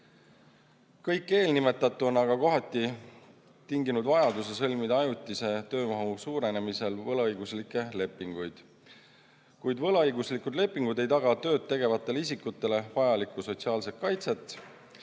Kõik eelnimetatu on aga kohati tinginud vajaduse sõlmida ajutisel töömahu suurenemisel võlaõiguslikke lepinguid, kuid võlaõiguslikud lepingud ei taga tööd tegevatele isikutele vajalikku sotsiaalset kaitset,